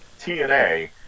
TNA